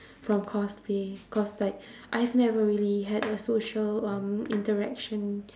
from cosplay cause like I've never really had a social um interaction